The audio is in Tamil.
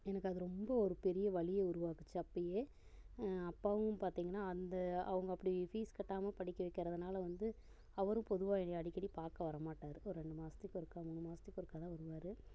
எனக்கு அது ரொம்ப ஒரு பெரிய வலியை உருவாக்கிச்சு அப்போயே அப்பாவும் பார்த்தீங்கன்னா அந்த அவங்க அப்படி ஃபீஸ் கட்டாமல் படிக்க வக்கிறதுனால வந்து அவர் பொதுவாக அடிக்கடி பார்க்க வர மாட்டார் ஒரு ரெண்டு மாதத்துக்கு ஒருக்கா மூணு மாதத்துக்கு ஒருக்காதான் வருவார்